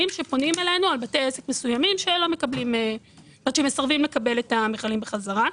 שפונים אלינו על בתי עסק שמסרבים לקבל את המיכלים בחזרה.